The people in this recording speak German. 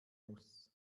muss